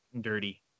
dirty